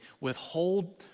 withhold